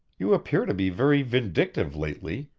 you appear to be very vindictive lately,